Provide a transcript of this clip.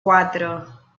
cuatro